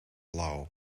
lauw